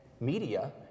media